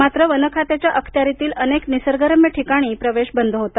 मात्र वनखात्याच्या आखत्यारीतील निसर्गरम्य ठिकाणी प्रवेश बंद होता